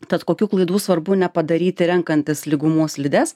tad kokių klaidų svarbu nepadaryti renkantis lygumų slides